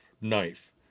knife